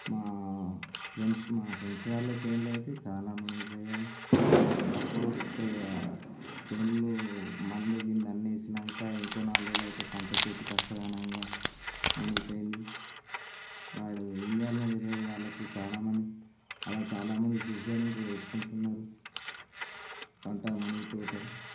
మా ఫ్రంట్ మా ఫ్రెండ్స్ వాళ్ళ చేన్లు అయితే చాలా మునిగిపోయాయి ఒకప్పుడు చెయ్ చేన్లు మందు గిందు అన్ని వేసినాక ఇంకో నాలుగు రోజులు అయితే పంట చేతికస్తదనంగా మునిగిపోయింది వాడు ఏం చేయాలో తెలియదు వాళ్ళకు చాలా మంది ఆలా చాలా మంది సూసైడ్ ఇంకా చేసుకుంటున్నారు పంట మునిగిపోతే